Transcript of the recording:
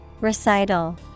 Recital